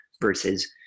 versus